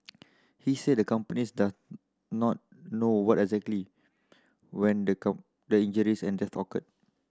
he said the companies does not know what exactly when the the injuries and death occurred